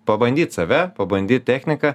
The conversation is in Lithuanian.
pabandyt save pabandyt techniką